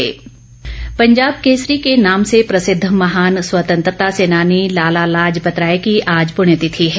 लाला लाजपतराय पंजाब केसरी के नाम से प्रसिद्ध महान स्वतंत्रता सेनानी लाला लाजपतराय की आज प्रण्य तिथि है